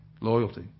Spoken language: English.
loyalty